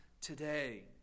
today